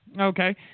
Okay